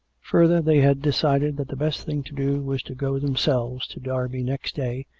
further, they had decided that the best thing to do was to go themselves to derby next day,